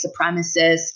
supremacist